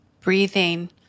breathing